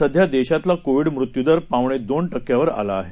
सध्या देशातला कोविड मृत्यूदर पावणे दोन टक्क्यावर आला आहे